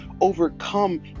overcome